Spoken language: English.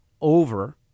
over